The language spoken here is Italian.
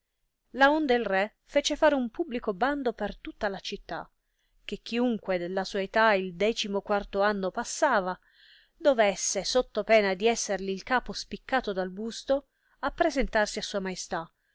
trovare laonde il re fece fare un publico bando per tutta la città che chiunque della sua età il decimo quarto anno passava dovesse sotto pena di esserli il capo spiccato dal busto appresentarsi a sua maestà